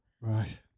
Right